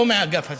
לא מהאגף הזה.